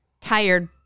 tired